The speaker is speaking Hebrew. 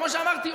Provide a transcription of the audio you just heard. כמו שאמרתי,